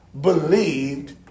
believed